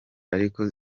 ariko